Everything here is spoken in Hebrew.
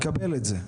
מקבל את זה.